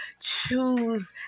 Choose